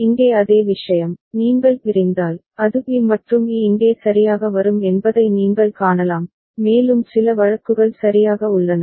இங்கே அதே விஷயம் நீங்கள் பிரிந்தால் அது பி மற்றும் இ இங்கே சரியாக வரும் என்பதை நீங்கள் காணலாம் மேலும் சில வழக்குகள் சரியாக உள்ளன